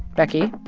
becky,